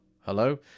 Hello